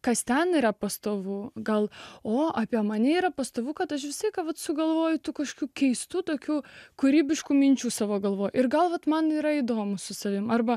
kas ten yra pastovu gal o apie mane yra pastovu kad aš džiaugiuosi kad sugalvoju tokių keistų tokių kūrybiškų minčių savo galva ir galbūt man yra įdomu su savimi arba